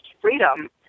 freedom